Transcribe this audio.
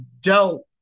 dope